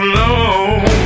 long